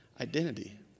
identity